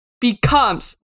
becomes